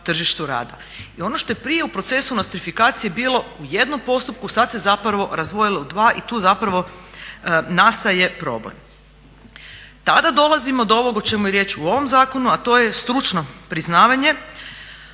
I ono što je prije u procesu nostrifikacije bilo u jednom postupku sada se zapravo razdvojilo u dva i tu zapravo nastaje problem. Tada dolazimo do ovog o čemu je riječ u ovom zakonu a to je stručno priznavanje,